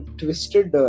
twisted